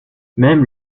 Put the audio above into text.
même